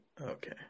Okay